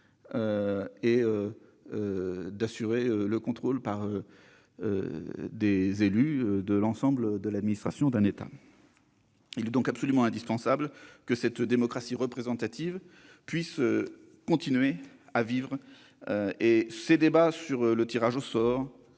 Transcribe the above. et de garantir le contrôle par des élus de l'ensemble de l'administration d'un État. Il est donc absolument indispensable que la démocratie représentative puisse continuer à vivre. Les débats sur le tirage au sort